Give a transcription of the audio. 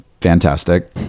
fantastic